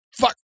fuck